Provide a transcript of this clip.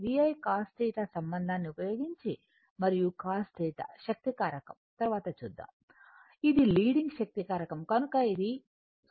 VI cos θ సంబంధాన్ని ఉపయోగించి మరియు cos θ శక్తి కారకం తరువాత చూద్దాం ఇది లీడింగ్ శక్తి కారకం కనుక ఇది 0